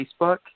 Facebook